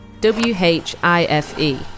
W-H-I-F-E